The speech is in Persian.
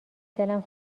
دلم